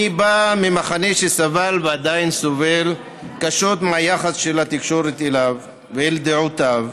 אני בא ממחנה שסבל ועדיין סובל קשות מהיחס של התקשורת אליו ואל דעותיו.